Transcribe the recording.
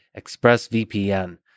ExpressVPN